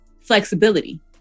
flexibility